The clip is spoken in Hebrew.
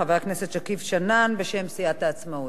חבר הכנסת שכיב שנאן בשם סיעת העצמאות.